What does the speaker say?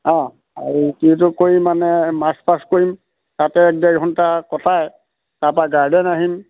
অঁ আৰু কিটো কৰিম মানে মাৰ্চ পাষ্ট কৰিম তাতে এক ডেৰ ঘণ্টা কটাই তাৰপৰা গাৰ্ডেন আহিম